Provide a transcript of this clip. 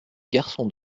garçon